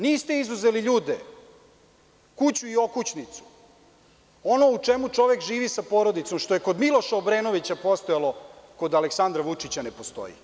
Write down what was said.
Niste izuzeli ljude, kuću i okućnicu, ono u čemu čovek živi sa porodicom, što je kod Miloša Obrenovića postojalo, kod Aleksandra Vučića ne postoji.